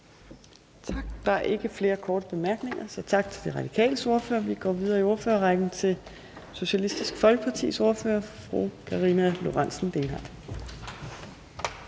Tak. Der er ikke flere korte bemærkninger, så tak til De Radikales ordfører. Vi går videre i ordførerrækken til Socialistisk Folkepartis ordfører, fru Karina Lorentzen Dehnhardt.